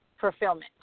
fulfillment